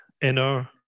inner